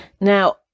now